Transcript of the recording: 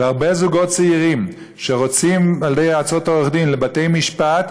והרבה זוגות צעירים שרצים לפי עצת עורך-דין לבתי-משפט,